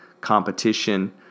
Competition